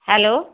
hello